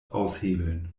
aushebeln